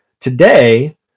Today